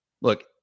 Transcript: look